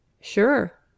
Sure